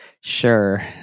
Sure